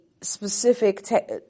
specific